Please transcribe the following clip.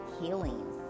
healing